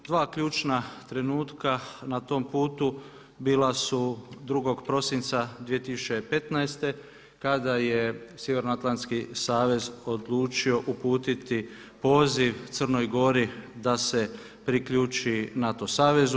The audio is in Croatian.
Dva ključna trenutka na tom putu bila su 2. prosinca 2015. kada je Sjevernoatlantski savez odlučio uputiti poziv Crnoj Gori da se priključi NATO savezu.